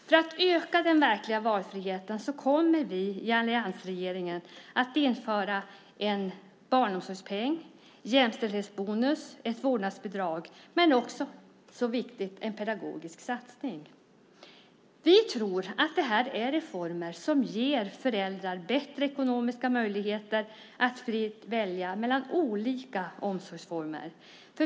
För att öka den verkliga valfriheten kommer vi i alliansregeringen att införa en barnomsorgspeng, en jämställdhetsbonus och ett vårdnadsbidrag. Vi kommer också att göra en pedagogisk satsning, något som är nog så viktigt. Vi tror att det här är reformer som ger föräldrar bättre ekonomiska möjligheter att fritt välja mellan olika omsorgsformer.